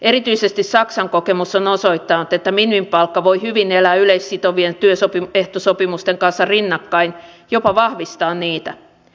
erityisesti saksan kokemus on osoittanut että minimipalkka voi hyvin elää yleissitovien työehtosopimusten kanssa rinnakkain jopa vahvistaa niitä